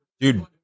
Dude